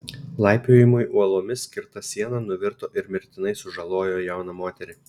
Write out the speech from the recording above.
laipiojimui uolomis skirta siena nuvirto ir mirtinai sužalojo jauną moterį